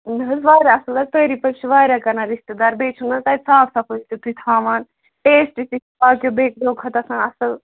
نہ حظ واریاہ اَصٕل حظ تٲریٖف حظ چھِ واریاہ کَران رِشتہٕ دار بیٚیہِ چھُنَہ حظ تَتہِ صاف صفٲیی تیُتھُے تھاوان ٹیٚسٹ تہِ باقیو بیٚکرِیو کھۄتہٕ آسان اصٕل